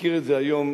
והזכירו היום